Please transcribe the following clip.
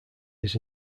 his